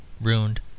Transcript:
ruined